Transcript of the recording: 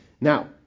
Now